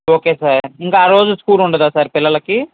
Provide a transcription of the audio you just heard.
okay sir ఇంకా ఆ రోజు స్కూల్ ఉండదా సార్ పిల్లలకి